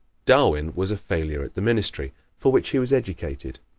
darwin was a failure at the ministry, for which he was educated.